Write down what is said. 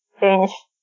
change